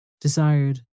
desired